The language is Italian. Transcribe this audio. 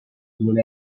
non